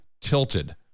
tilted